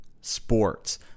sports